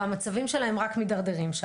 והמצבים שלהם רק מידרדרים שם.